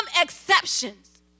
exceptions